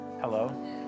Hello